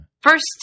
First